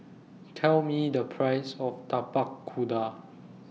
Tell Me The Price of Tapak Kuda